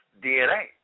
DNA